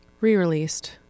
re-released